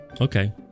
Okay